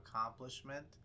accomplishment